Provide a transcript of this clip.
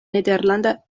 nederlanda